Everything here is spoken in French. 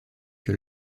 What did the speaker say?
que